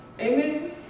Amen